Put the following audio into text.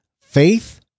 Faith